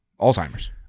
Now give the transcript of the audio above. Alzheimer's